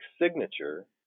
signature